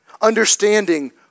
understanding